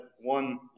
one